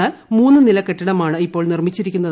എന്നാൽ മൂന്ന് നില കെട്ടിടമാണ് നിർമ്മിച്ചിരിക്കുന്നത്